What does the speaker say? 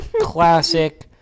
classic